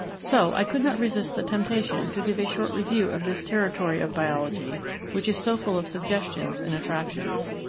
so i could not resist the temptation to give a short review of this territory of biology which is so full of suggestions and attractions.